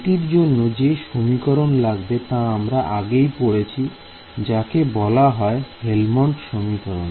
এটির জন্য যে সমীকরণ লাগে তা আমরা আগেই পড়েছি যাকে বলা হয় হেলমনট সমীকরণ